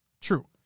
True